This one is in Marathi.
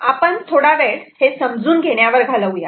आपण थोडा वेळ हे समजून घेण्यावर घालवू यात